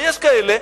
ויש כאלה,